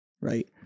right